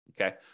okay